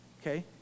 okay